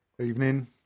Evening